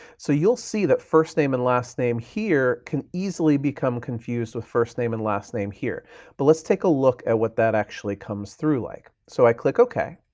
so you'll see that first name and last name here can easily become confused with first name and last name here but let's take a look at what that actually comes through like. so i click ok.